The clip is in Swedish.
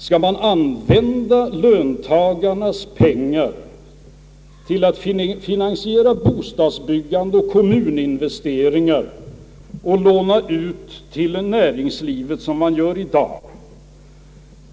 Skall vi använda löntagarnas pengar till att finansiera bostadsbyggande och kommuninvesteringar och låna ut till näringslivet, såsom man gör i dag?